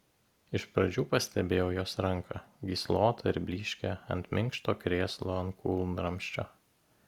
iš pradžių pastebėjau jos ranką gyslotą ir blyškią ant minkšto krėslo alkūnramsčio